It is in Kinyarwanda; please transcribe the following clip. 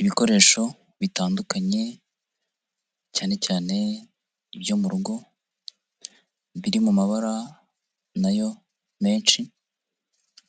Ibikoresho bitandukanye, cyane cyane ibyo mu rugo, biri mu mabara na yo menshi,